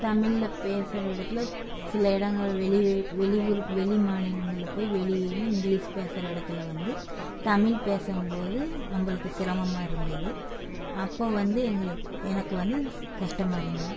தமிழில் பேசுகிற இடத்தில் சில இடங்கள் வெளி வெளி ஊருக்கு வெளி மாநிலங்களில் போய் வெளியேன்னு இங்கிலீஷ் பேசுகிற இடத்துல வந்து தமிழ் பேசும் போது நம்மளுக்கு சிரமமாக இருந்தது அப்போ வந்து எங்களுக்கு எனக்கு வந்து கஷ்டமாக இருந்தது